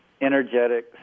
energetic